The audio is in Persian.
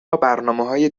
برنامههای